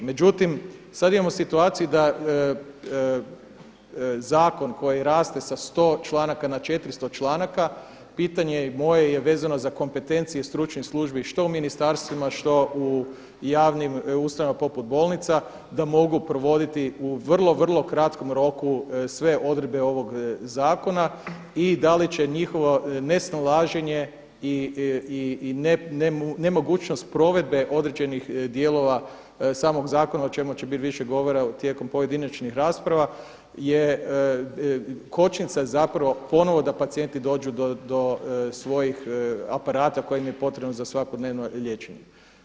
Međutim, sada imamo situaciju da zakon koji raste sa 100 članaka na 400 članaka pitanje i moje je vezano za kompetencije stručnih službi što u ministarstvima što u javnim ustanovama poput bolnica da mogu provoditi u vrlo, vrlo kratom roku sve odredbe ovog zakona i da li će njihovo nesnalaženje i nemogućnost provedbe određenih dijelova samog zakona o čemu će biti više govora tijekom pojedinačnih rasprava je kočnica zapravo ponovno da pacijenti dođu do svojih aparata koje im je potrebno za svakodnevno liječenje.